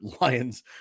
Lions